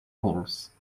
poles